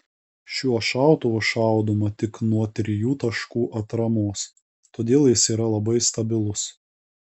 šiuo šautuvu šaudoma tik nuo trijų taškų atramos todėl jis yra labai stabilus